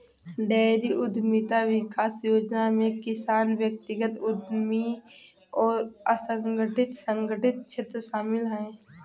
dairy उद्यमिता विकास योजना में किसान व्यक्तिगत उद्यमी और असंगठित संगठित क्षेत्र शामिल है